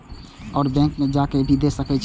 और बैंक में जा के भी दे सके छी?